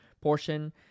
portion